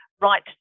right